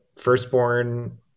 Firstborn